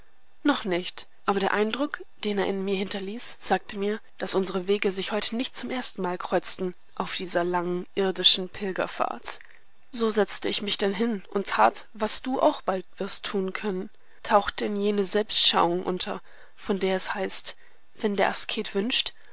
noch nicht aber der eindruck den er in mir hinterließ sagte mir daß unsere wege sich heute nicht zum ersten mal kreuzten auf dieser langen irdischen pilgerfahrt so setzte ich mich denn hin und tat was du auch bald wirst tun können tauchte in jene selbstschauung unter von der es heißt wenn der asket wünscht